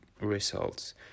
results